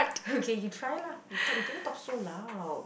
you try lah you talk don't talk so loud